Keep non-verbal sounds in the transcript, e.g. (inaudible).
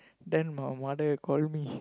then my mother call me (breath)